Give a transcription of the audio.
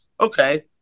okay